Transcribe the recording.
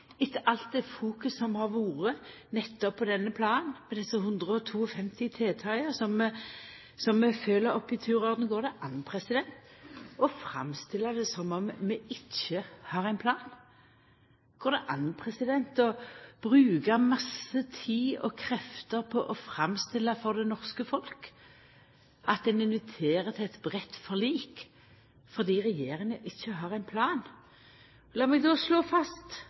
etter alt det fokuset som har vore nettopp på denne planen, på desse 152 tiltaka, som vi følgjer opp i tur og orden? Går det an, president, å framstilla det som om vi ikkje har ein plan? Går det an, president, å bruka masse tid og krefter på å framstilla det slik for det norske folk at ein inviterer til eit breitt forlik fordi regjeringa ikkje har ein plan? Lat meg då slå fast,